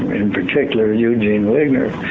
in particular eugene wigner,